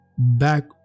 back